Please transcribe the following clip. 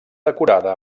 decorada